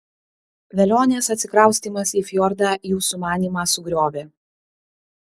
velionės atsikraustymas į fjordą jų sumanymą sugriovė